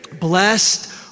Blessed